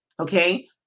Okay